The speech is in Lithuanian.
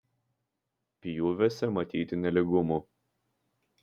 pjūviuose matyti nelygumų